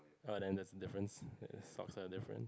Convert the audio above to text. orh then the difference the socks are different